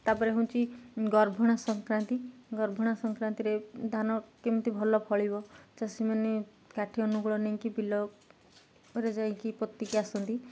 ତାପରେ ହେଉଛି ଗର୍ଭଣା ସଂକ୍ରାନ୍ତି ଗର୍ଭଣା ସଂକ୍ରାନ୍ତିରେ ଧାନ କେମିତି ଭଲ ଫଳିବ ଚାଷୀମାନେ କାଠି ଅନୁକୂଳ ନେଇକି ବିଲରେ ଯାଇକି ପୋତିକି ଆସନ୍ତି